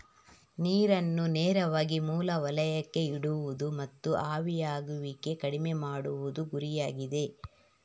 ನೀರನ್ನು ನೇರವಾಗಿ ಮೂಲ ವಲಯಕ್ಕೆ ಇಡುವುದು ಮತ್ತು ಆವಿಯಾಗುವಿಕೆ ಕಡಿಮೆ ಮಾಡುವುದು ಗುರಿಯಾಗಿದೆ